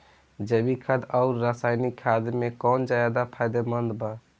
जैविक खाद आउर रसायनिक खाद मे कौन ज्यादा फायदेमंद बा?